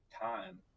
time